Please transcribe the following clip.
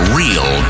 real